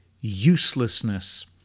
uselessness